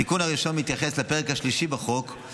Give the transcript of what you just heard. התיקון הראשון מתייחס לפרק השלישי בחוק,